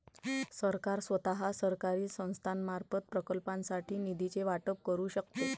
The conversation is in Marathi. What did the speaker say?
सरकार स्वतः, सरकारी संस्थांमार्फत, प्रकल्पांसाठी निधीचे वाटप करू शकते